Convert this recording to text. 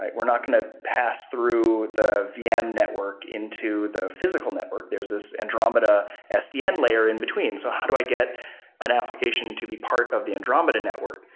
we're not going to pass through the vm network into the physical network. there's this andromeda sdn layer in between. so how do i get an application to be part of the andromeda network?